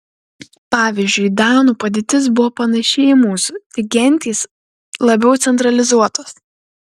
pavyzdžiui danų padėtis buvo panaši į mūsų tik gentys labiau centralizuotos